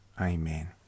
Amen